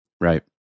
Right